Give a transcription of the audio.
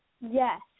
Yes